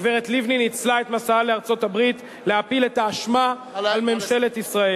הגברת לבני ניצלה את מסעה לארצות-הברית להפיל את האשמה על ממשלת ישראל.